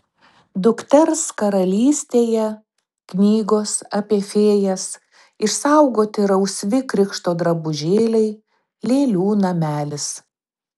dukters karalystėje knygos apie fėjas išsaugoti rausvi krikšto drabužėliai lėlių namelis